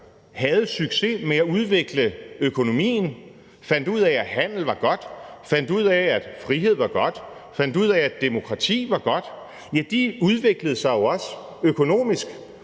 havde succes med at udvikle økonomien, fandt ud af, at handel var godt, fandt ud af, at frihed var godt, fandt ud af, at demokrati var godt, udviklede sig også økonomisk